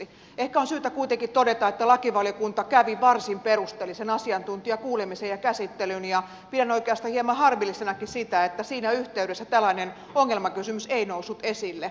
ehkä on syytä kuitenkin todeta että lakivaliokunta kävi varsin perusteellisen asiantuntijakuulemisen ja käsittelyn ja pidän oikeastaan hieman harmillisenakin sitä että siinä yhteydessä tällainen ongelmakysymys ei noussut esille